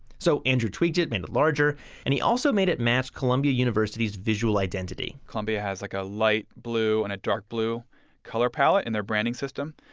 so andrew tweaked it, made it larger and he also made it match columbia university's visual identity columbia has like a light blue and a dark blue color palette in their branding system.